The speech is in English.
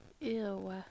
Ew